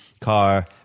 car